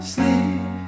Sleep